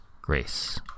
grace